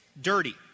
dirty